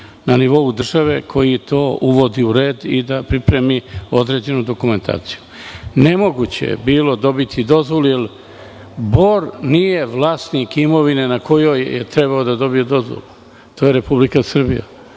na nivou države koji to uvodi u red i priprema određenu dokumentaciju. Nemoguće je bilo dobiti dozvolu, jer Bor nije vlasnik imovine na kojoj je trebao da dobije dozvolu, već je Republika Srbija.